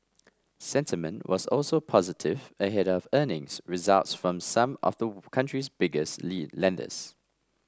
sentiment was also positive ahead of earnings results from some of the country's biggest lead lenders